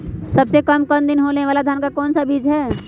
सबसे काम दिन होने वाला धान का कौन सा बीज हैँ?